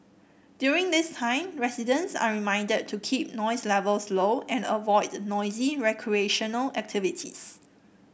during this time residents are reminded to keep noise levels low and avoid noisy recreational activities